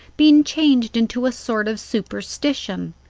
been changed into a sort of superstition,